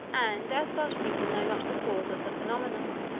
and as such people know not the cause of the phenomenon,